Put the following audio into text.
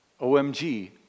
OMG